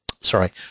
sorry